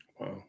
Wow